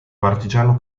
partigiano